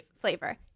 flavor